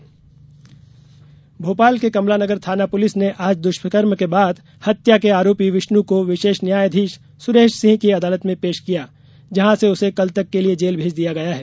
आरोपी गिरफ़तार भोपाल के कमला नगर थाना पुलिस ने आज दुष्कर्म के बाद हत्या के आरोपी विष्णु को विशेष न्यायाधीश सुरेश सिंह की अदालत में पेश किया जहां से उसे कल तक के लिए जेल भेज दिया गया है